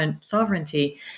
sovereignty